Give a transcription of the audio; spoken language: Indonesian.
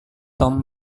tom